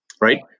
right